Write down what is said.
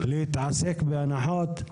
להתעסק בהנחות?